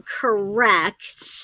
correct